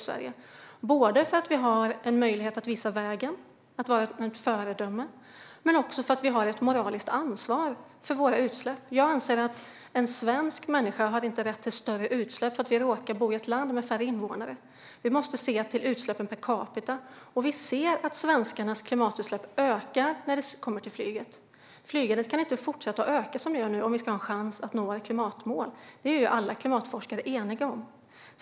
Sverige kan visa vägen, vara ett föredöme, och Sverige har ett moraliskt ansvar för sina utsläpp. Jag anser att en svensk inte har rätt till större utsläpp för att denne råkar bo i ett land med färre invånare. Vi måste se till utsläppen per capita. Svenskarnas klimatutsläpp ökar när det kommer till flyget. Flygandet kan inte fortsätta att öka som det gör nu om vi ska ha en chans att nå ett klimatmål. Det är alla klimatforskare eniga om.